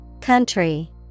Country